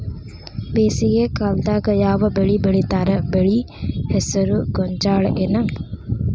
ಬೇಸಿಗೆ ಕಾಲದಾಗ ಯಾವ್ ಬೆಳಿ ಬೆಳಿತಾರ, ಬೆಳಿ ಹೆಸರು ಗೋಂಜಾಳ ಏನ್?